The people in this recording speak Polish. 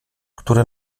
które